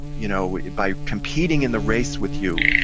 you know by competing in the race with you,